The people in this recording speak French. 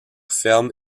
ferme